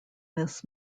this